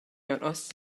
jonqos